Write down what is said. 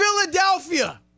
Philadelphia